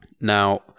Now